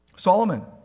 Solomon